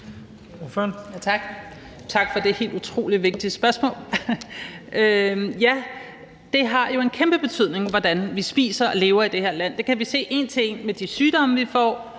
Tak for det helt utrolig vigtige spørgsmål. Ja, det har jo en kæmpe betydning, hvordan vi spiser og lever i det her land. Det kan vi se en til en med de sygdomme, vi får,